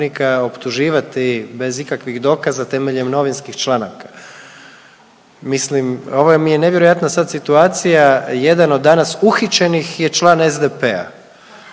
optuživati bez ikakvih dokaza temeljem novinskih članaka. Mislim ovo mi je nevjerojatna sad situacija jedan od danas uhićenih je član SDP-a